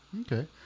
Okay